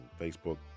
Facebook